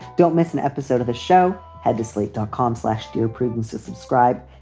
don't miss an episode of the show. head to slate dot com slash dear prudence to subscribe.